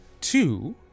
two